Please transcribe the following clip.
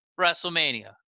wrestlemania